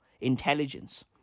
intelligence